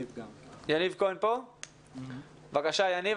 בבקשה, יניב.